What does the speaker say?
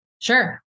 sure